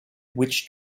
which